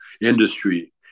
industry